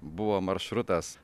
buvo maršrutas